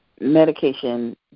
medication